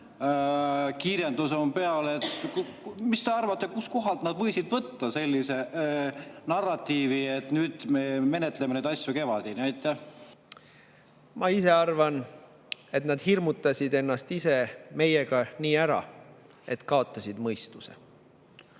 kiirendus on peal. Mis te arvate, kustkohast nad võisid võtta sellise narratiivi, et nüüd me menetleme neid asju kevadeni? Ma ise arvan, et nad hirmutasid ennast ise meiega nii ära, et kaotasid mõistuse.